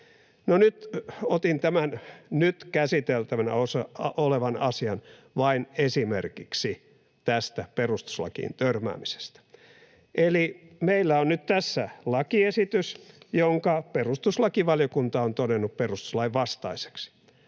nyt otin tämän nyt käsiteltävänä olevan asian vain esimerkiksi tästä perustuslakiin törmäämisestä. Eli meillä on nyt tässä lakiesitys, jonka perustuslakivaliokunta on todennut perustuslain vastaiseksi,